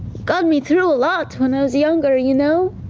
got me through a lot when i was younger, you know?